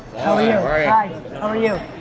how yeah ah are you? hi, how are you?